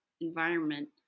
environment